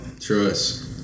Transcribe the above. Trust